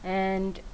and